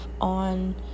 on